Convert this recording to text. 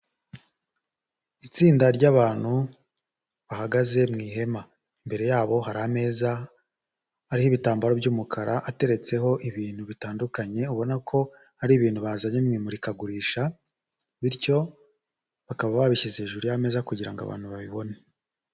Itsinda ry'abantu bahagaze mu ihema, imbere yabo hari ameza ariho ibitambaro by'umukara ateretseho ibintu bitandukanye ubona ko ari ibintu bazanye mu imurika gurisha bityo bakaba babishyize hejuru y'ameza kugira ngo abantu babibone.